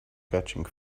catching